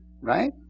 Right